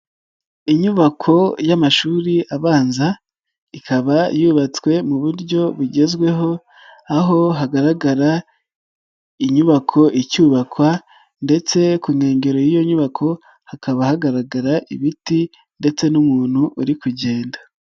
Inyubako y'amashuri abanza, ikaba yubatswe mu buryo bugezweho, aho hagaragara inyubako icyubakwa ndetse ku nkengero y'iyo nyubako, hakaba hagaragara ibiti ndetse n'umuntu uri kugenda.